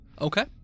Okay